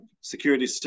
security